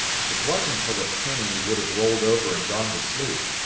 if it wasn't for the pain he would have rolled over and gone to sleep.